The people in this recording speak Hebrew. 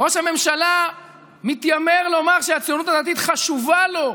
ראש הממשלה מתיימר לומר שהציונות הדתית חשובה לו.